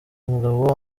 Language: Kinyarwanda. umugabo